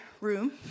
room